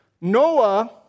Noah